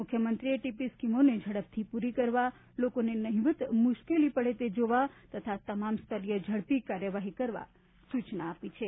મુખ્યમંત્રીએ ટીપી સ્કીમો ઝડપથી પૂરી કરવા લોકોને નહિવત મુશ્કેલી પડે તે જોવા તથા તમામ સ્તરીય ઝડપી કાર્યવાહી કરવા સૂચના આપી છે